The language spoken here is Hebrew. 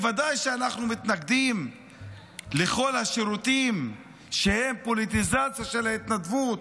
בוודאי שאנחנו מתנגדים לכל השירותים שהם פוליטיזציה של ההתנדבות,